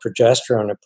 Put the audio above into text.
progesterone